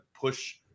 push